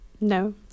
no